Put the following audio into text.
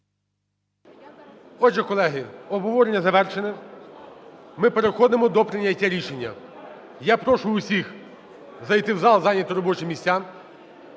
Отже, колеги, обговорення завершене. Ми переходимо до прийняття рішення. Я прошу всіх зайти в зал, зайняти робочі місця.